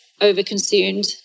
over-consumed